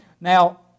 Now